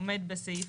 עומד בסעיף,